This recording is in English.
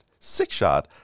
Sixshot